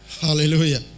Hallelujah